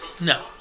No